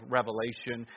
Revelation